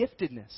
giftedness